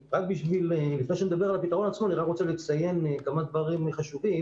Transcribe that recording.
לפני שאני אדבר על הפתרון עצמו אני רק רוצה לציין כמה דברים חשובים.